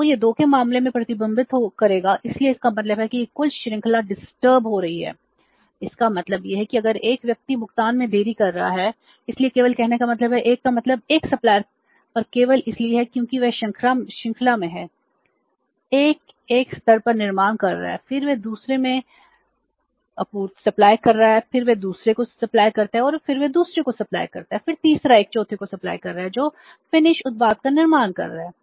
और यह 2 के मामले में प्रतिबिंबित करेगा इसलिए इसका मतलब है कि यह कुल श्रृंखला डिस्टर्ब उत्पाद का निर्माण कर रहा है